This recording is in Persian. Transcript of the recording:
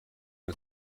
این